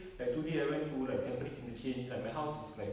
like today I went to like tampines interchange like my house is like